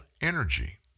energy